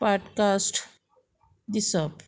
podcast दिसप